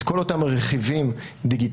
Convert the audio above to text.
את כל אותם רכיבים דיגיטליים,